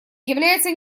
является